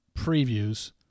previews